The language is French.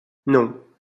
non